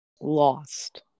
lost